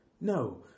No